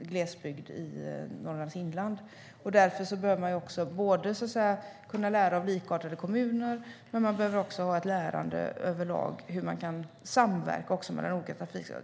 glesbygd i Norrlands inland. Därför behöver man både kunna lära av likartade kommuner och ha ett lärande överlag om hur man kan samverka mellan olika trafikslag.